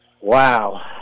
Wow